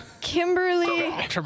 Kimberly